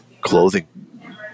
clothing